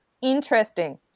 interesting